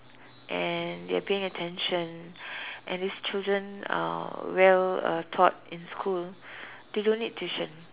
and they are paying attention and these children are well uh taught in school they don't need tuition